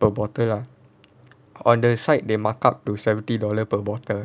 per bottle ah on the site they markup to seventy dollar per bottle